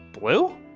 Blue